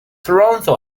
toronto